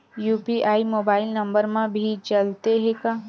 UPI mobile number मा भी चलते हे का?